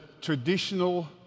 traditional